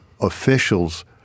officials